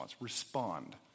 respond